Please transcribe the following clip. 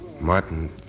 Martin